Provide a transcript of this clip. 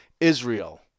Israel